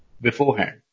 beforehand